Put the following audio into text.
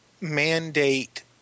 mandate